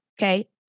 Okay